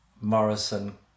Morrison